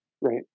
Right